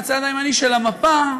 מהצד הימני של המפה,